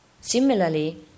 Similarly